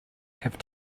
have